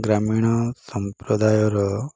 ଗ୍ରାମୀଣ ସମ୍ପ୍ରଦାୟର